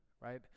right